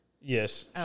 Yes